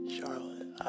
Charlotte